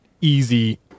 easy